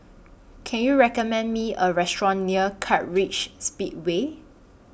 Can YOU recommend Me A Restaurant near Kartright Speedway